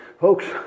folks